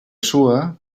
sua